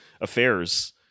Affairs